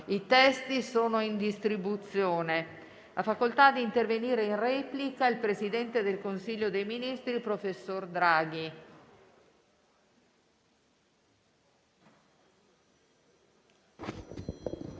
I testi sono in distribuzione. Ha facoltà di intervenire il presidente del Consiglio dei ministri, professor Draghi.